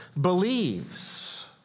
believes